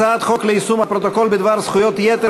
ליישום הפרוטוקול בדבר זכויות יתר